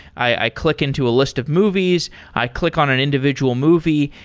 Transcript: i click into a list of movies. i click on an individual movie,